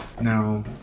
No